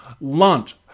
lunch